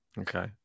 Okay